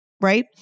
right